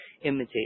imitate